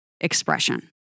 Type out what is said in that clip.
expression